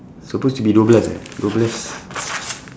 supposed to be dua belas eh dua belas